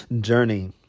journey